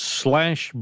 slash